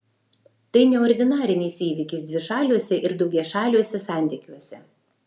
tai neordinarinis įvykis dvišaliuose ir daugiašaliuose santykiuose